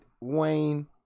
Wayne